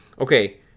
Okay